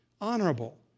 honorable